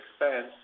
expense